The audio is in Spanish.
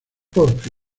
porfi